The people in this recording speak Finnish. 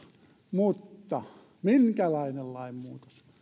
mutta minkälainen lainmuutos